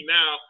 now